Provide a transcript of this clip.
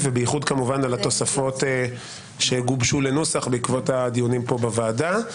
ועל התוספות שגובשו לנוסח בעקבות הדיונים בוועדה.